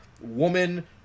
woman